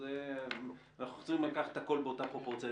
אז אנחנו צריכים לקחת את הכול באותה פרופורציה.